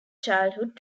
childhood